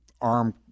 arm